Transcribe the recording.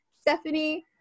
Stephanie